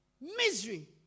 Misery